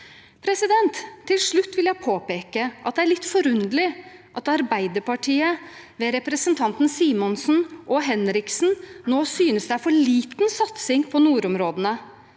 områder. Til slutt vil jeg påpeke at det er litt forunderlig at Arbeiderpartiet ved representantene Simensen og Henriksen nå synes det er for liten satsing på nordområdene.